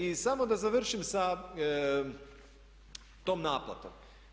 I samo da završim sa tom naplatom.